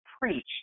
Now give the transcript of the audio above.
preach